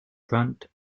front